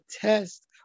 test